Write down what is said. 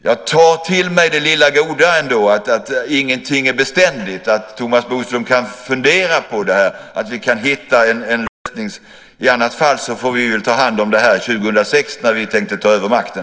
Jag tar ändå till mig det lilla goda att ingenting är beständigt. Thomas Bodström kan fundera på det här så att vi kan hitta en lösning. I annat fall får vi väl ta hand om det här 2006 när vi tänkte ta över makten.